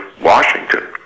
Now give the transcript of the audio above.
Washington